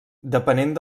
depenent